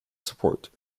support